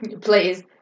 Please